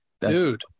Dude